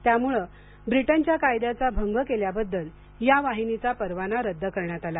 त्यामुळं ब्रिटनच्या कायद्याचा भंग केल्याबद्दल या वाहिनीचा परवाना रद्द करण्यात आला